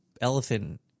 elephant